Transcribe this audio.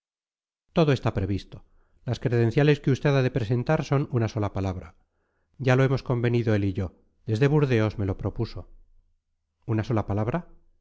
todo está previsto las credenciales que usted ha de presentar son una sola palabra ya lo hemos convenido él y yo desde burdeos me lo propuso una sola palabra